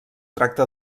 tracta